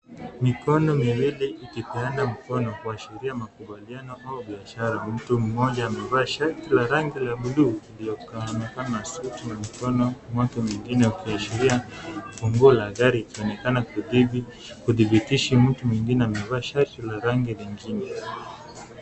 Mikono miwili ikipeana mkono kuashiria makubaliano au biashara. Mtu mmoja amevaa shati la rangi ya buluu lililovaa na suti ya mkono wake mwingine ukiashiria funguo la gari linaonekana kukabidhi kudhibitisha mtu mwingine amevalia shati la rangi lingine.